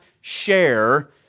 share